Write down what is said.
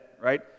right